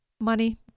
money